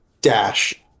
dash